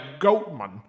goatman